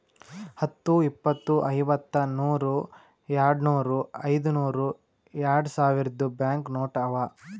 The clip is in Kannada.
ಹತ್ತು, ಇಪ್ಪತ್, ಐವತ್ತ, ನೂರ್, ಯಾಡ್ನೂರ್, ಐಯ್ದನೂರ್, ಯಾಡ್ಸಾವಿರ್ದು ಬ್ಯಾಂಕ್ ನೋಟ್ ಅವಾ